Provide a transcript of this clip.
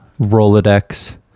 Rolodex